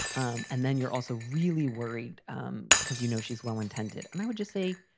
um and then you're also really worried um because, you know, she's well intended. and i would just say,